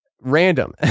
random